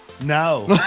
No